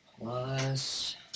plus